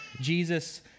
Jesus